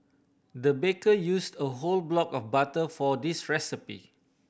the baker used a whole block of butter for this recipe